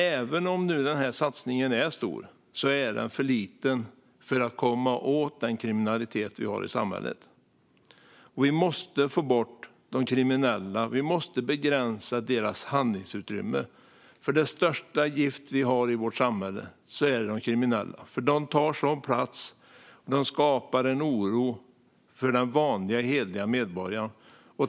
Även om satsningen är stor är den för liten för att komma åt den kriminalitet vi har i samhället. Vi måste få bort de kriminella. Vi måste begränsa deras handlingsutrymme. Det största gift vi har i vårt samhälle är de kriminella. De tar sådan plats och skapar oro för den vanliga, hederliga medborgaren.